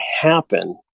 happen